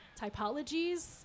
typologies